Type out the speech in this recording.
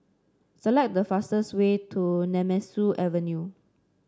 select the fastest way to Nemesu Avenue